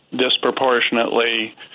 disproportionately